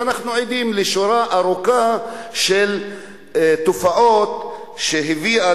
ואנחנו עדים לשורה ארוכה של תופעות שהביאו